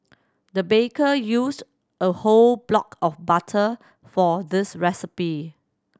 the baker used a whole block of butter for this recipe